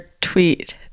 tweet